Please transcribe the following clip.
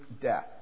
death